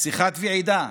בשיחת ועידה: